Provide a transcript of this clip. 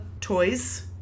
toys